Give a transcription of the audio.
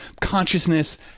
consciousness